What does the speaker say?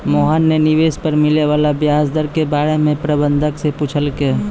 मोहन न निवेश पर मिले वाला व्याज दर के बारे म प्रबंधक स पूछलकै